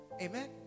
amen